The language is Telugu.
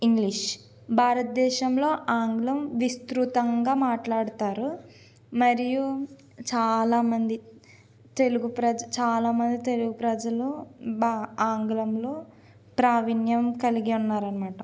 ఇంగ్లీష్ భారత దేశంలో ఆంగ్లం విస్తృతంగా మాట్లాడుతారు మరియు చాలామంది తెలుగు ప్రజలు చాలామంది తెలుగు ప్రజలు బా ఆంగ్లంలో ప్రావీణ్యం కలిగి ఉన్నారు అనమాట